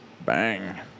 Bang